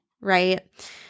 right